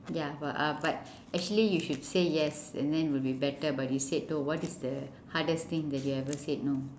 ya but uh but actually you should say yes and then will be better but you said no what is the hardest thing that you ever said no